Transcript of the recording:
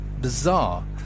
bizarre